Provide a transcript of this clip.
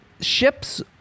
ships